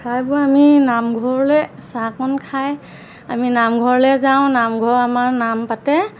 খাই বৈ আমি নামঘৰলৈ চাহকণ খায় আমি নামঘৰলৈ যাওঁ নামঘৰত আমাৰ নাম পাতে